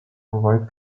provide